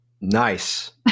Nice